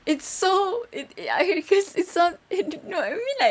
it's so it it I cause it sounds no I mean like